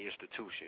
institution